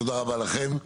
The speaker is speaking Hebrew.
תודה רבה לכם.